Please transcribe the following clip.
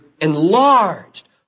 enlarged